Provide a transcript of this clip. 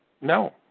no